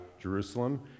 Jerusalem